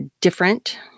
different